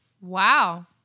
Wow